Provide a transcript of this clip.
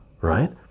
right